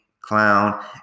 clown